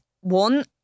one